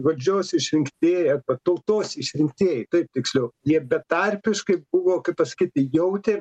valdžios išrinktieji tautos išrinktieji taip tiksliau jie betarpiškai buvo kaip pasakyti jautė